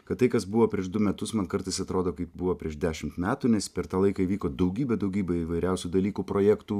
kad tai kas buvo prieš du metus man kartais atrodo kaip buvo prieš dešim metų nes per tą laiką įvyko daugybė daugybė įvairiausių dalykų projektų